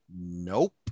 nope